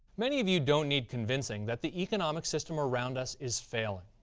many of you don't need convincing that the economic system around us is failing.